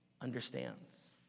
understands